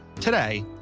Today